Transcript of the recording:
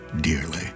dearly